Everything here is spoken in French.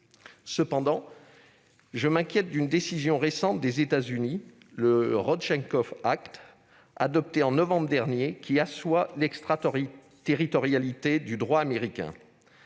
cependant d'une décision récente des États-Unis, le, adopté en novembre dernier, qui assoit l'extraterritorialité du droit américain.